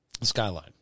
Skyline